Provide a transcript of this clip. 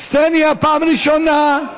קסניה, פעם ראשונה.